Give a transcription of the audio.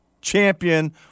champion